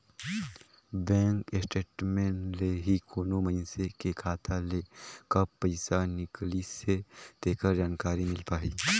bank statement ले ही कोनो मइनसे के खाता ले कब पइसा निकलिसे तेखर जानकारी मिल पाही